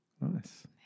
Nice